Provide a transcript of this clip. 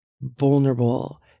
vulnerable